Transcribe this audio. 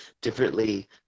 differently